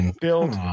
build